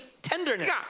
Tenderness